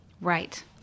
right